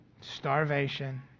starvation